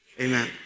amen